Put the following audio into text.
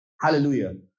Hallelujah